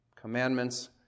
Commandments